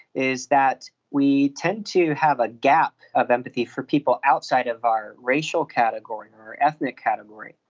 is that we tend to have a gap of empathy for people outside of our racial category or ethnic category,